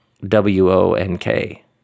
W-O-N-K